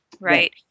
right